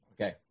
Okay